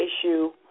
issue